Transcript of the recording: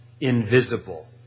invisible